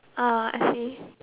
ah I see